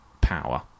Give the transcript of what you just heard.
power